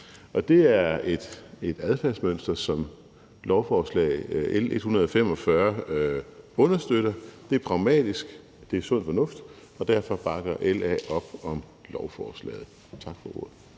og det er et adfærdsmønster, som lovforslag L 145 understøtter. Det er pragmatisk, det er sund fornuft, og derfor bakker LA op om lovforslaget. Tak for ordet.